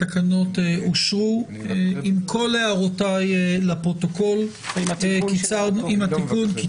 הצבעה התקנות אושרו התקנות אושרו עם כל הערותיי לפרוטוקול ועם התיקון.